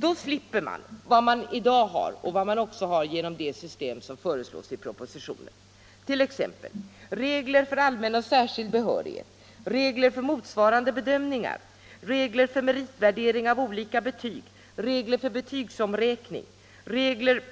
Då slipper man vad man i dag har och vad man också har genom det system som föreslås i propositionen, t.ex. regler för allmän och särskild behörighet, regler för motsvarandebedömningar, regler för meritvärdering av olika betyg, regler för betygsomräkning, regler